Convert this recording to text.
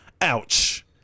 ouch